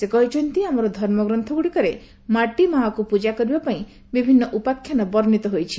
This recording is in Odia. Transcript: ସେ କହିଛନ୍ତି ଆମର ଧର୍ମ ଗ୍ରନ୍ଥ ଗୁଡ଼ିକରେ ମାଟି ମାକୁ ପୂଜା କରିବା ପାଇଁ ବିଭିନ୍ନ ଉପାଖ୍ୟାନ ବର୍ଷ୍ଣିତ ହୋଇଛି